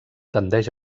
tendeix